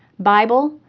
bible,